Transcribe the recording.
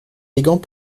élégant